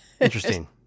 Interesting